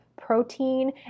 protein